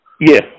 Yes